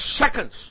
seconds